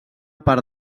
part